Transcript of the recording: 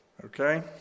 Okay